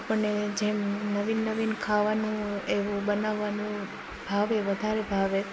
આપણને જેમ નવીન નવીન ખાવાનું એવું બનાવવાનું ભાવે વધારે ભાવે